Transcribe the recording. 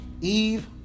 Eve